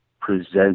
present